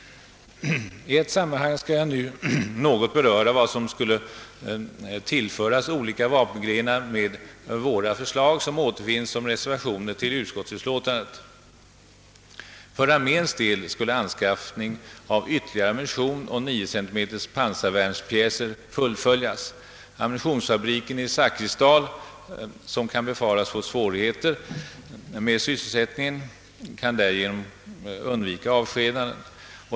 I ett sammanhang vill jag nu något beröra vad som skulle tillföras olika vapengrenar med våra förslag, som återfinnes som reservationer till utskottsutlåtandet. För arméns del skulle anskaffning av ytterligare ammunition och 9 cm pansarvärnspjäser fullföljas. Ammunitionsfabriken i Zakrisdal, som kan befaras få svårigheter med sysselsättningen, skulle därigenom kunna undvika avskedanden.